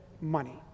money